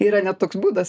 yra net toks būdas